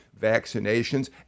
vaccinations